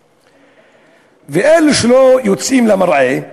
ואלו שלא יוצאים למרעה,